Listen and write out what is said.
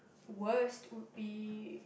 worst would be